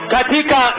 Katika